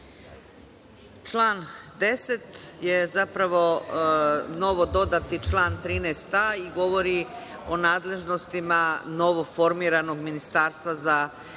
Član 10. je zapravo novododati član 13a i govori o nadležnostima novoformiranog ministarstva za evropske